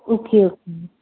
okay okay